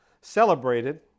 celebrated